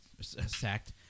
sacked